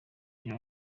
byo